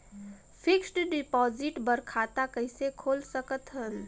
Fixed deposit बर खाता कइसे खोल सकत हन?